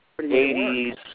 80s